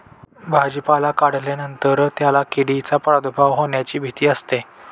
भाजीपाला काढल्यानंतर त्याला किडींचा प्रादुर्भाव होण्याची भीती असते